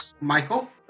Michael